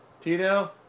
Tito